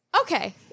Okay